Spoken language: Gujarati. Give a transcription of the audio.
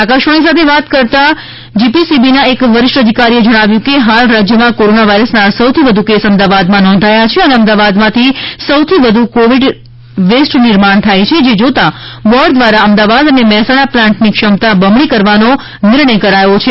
આકાશવાણી સાથે વાત કરતાં જી પી સી બી ના એક વરિષ્ઠ અધિકારીએ જણાવ્યું હતું કે હાલ રાજયમાં કોરોના વાયરસના સૌથી વધુ કેસ અમદાવાદમા નોંધાયા છે અને અમદાવાદમાંથી સૌથી વધુ કોવિડ વેસ્ટ નિર્માણ થાય છે જે જોતાં બોર્ડ દ્વારા અમદાવાદ અને મહેસાણા પ્લાન્ટની ક્ષમતા બમણી કરવાનો નિર્ણય કરાયો છે